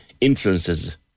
influences